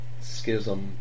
schism